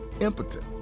impotent